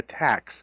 attacks